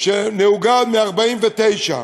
שנהוגה עוד מ-1949,